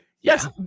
Yes